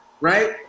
right